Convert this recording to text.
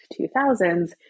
2000s